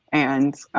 and